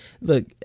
Look